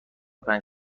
پنج